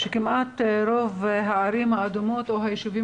שכמעט רוב הערים האדומות או היישובים